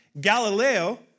Galileo